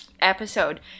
Episode